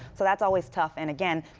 so that's always tough. and again,